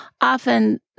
often